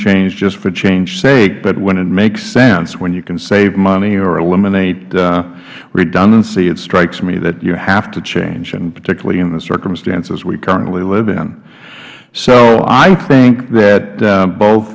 change just for change sake but when it makes sense when you can save money or eliminate redundancy it strikes me that you have to change and particularly in the circumstances we currently live in so i think that both